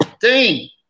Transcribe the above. Dean